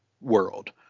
world